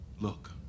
Look